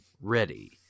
ready